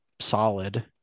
solid